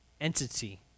entity